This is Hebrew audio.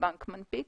שהבנק מנפיק